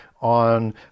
on